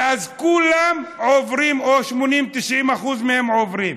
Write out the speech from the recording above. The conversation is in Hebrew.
ואז כולם עוברים, או 80%, 90% מהם עוברים.